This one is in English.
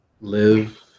live